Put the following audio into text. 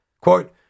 Quote